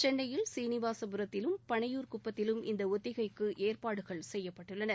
சென்னையில் சீனிவாசபுரத்திலும் பனையூர் குப்பத்திலும் இந்த ஒத்திகைக்கு ஏற்பாடுகள் செய்யப்பட்டுள்ளன